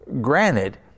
granted